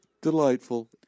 Delightful